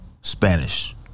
Spanish